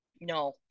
no